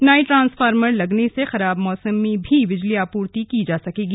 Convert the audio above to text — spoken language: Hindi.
नए ट्रांसफार्मर लगने से खराब मौसम में भी बिजली आपूर्ति की जा सकेगी